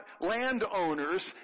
landowners